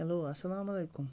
hello اَسَلامُ علیکُم